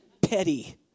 petty